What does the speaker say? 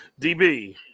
DB